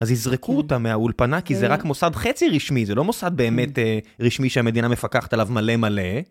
אז יזרקו אותה מהאולפנה כי זה רק מוסד חצי רשמי זה לא מוסד באמת רשמי שהמדינה מפקחת עליו מלא מלא